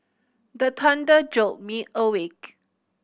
the thunder jolt me awake